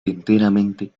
enteramente